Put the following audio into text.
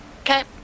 Okay